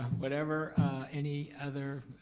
whatever any other